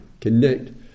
connect